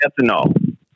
ethanol